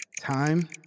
Time